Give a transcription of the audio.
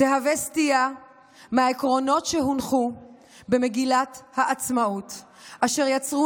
תהווה סטייה מהעקרונות שהונחו במגילת העצמאות אשר יצרו